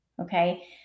Okay